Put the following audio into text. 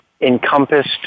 encompassed